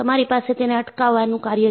તમારી પાસે તેને અટકાવવાનું કાર્ય છે